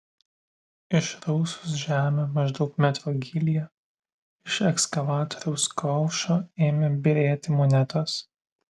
išrausus žemę maždaug metro gylyje iš ekskavatoriaus kaušo ėmė byrėti monetos